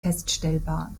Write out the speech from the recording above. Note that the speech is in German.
feststellbar